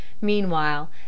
Meanwhile